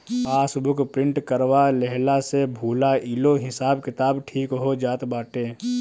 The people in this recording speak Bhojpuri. पासबुक प्रिंट करवा लेहला से भूलाइलो हिसाब किताब ठीक हो जात बाटे